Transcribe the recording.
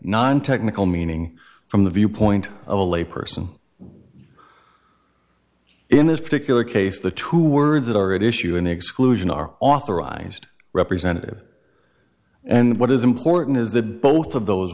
non technical meaning from the viewpoint of a lay person in this particular case the two words that are at issue in exclusion are authorized representative and what is important is that both of those